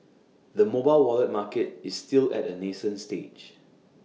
the mobile wallet market is still at A nascent stage